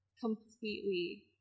completely